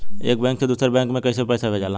एक बैंक से दूसरे बैंक में कैसे पैसा जाला?